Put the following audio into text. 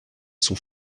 sont